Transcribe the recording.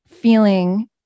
feeling